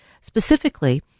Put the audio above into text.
Specifically